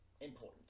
important